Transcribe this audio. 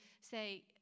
say